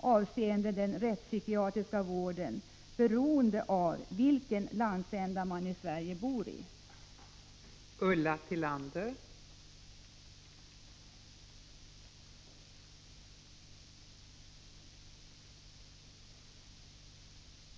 avseende den rättspsykiatriska vården beroende på vilken landsända av Sverige man bor i?